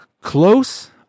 close